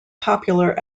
popular